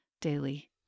daily